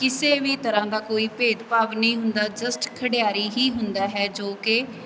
ਕਿਸੇ ਵੀ ਤਰ੍ਹਾਂ ਦਾ ਕੋਈ ਭੇਦਭਾਵ ਨਹੀਂ ਹੁੰਦਾ ਜਸਟ ਖਿਡਾਰੀ ਹੀ ਹੁੰਦਾ ਹੈ ਜੋ ਕਿ